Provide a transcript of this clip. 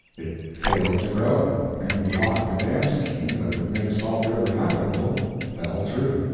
it failed to grow, and the lock-and-dam scheme that would make salt river navigable fell through.